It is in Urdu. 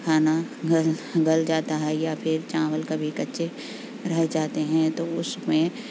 کھانا گل گل جاتا ہے یا پھر چاول کبھی کچے رہ جاتے ہیں تو اس میں